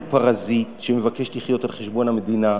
פרזיט שמבקש לחיות על חשבון המדינה.